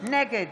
נגד